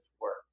work